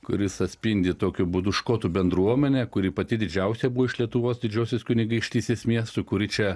kuris atspindi tokiu būdu škotų bendruomenę kuri pati didžiausia buvo iš lietuvos didžiosios kunigaikštystės miestų kuri čia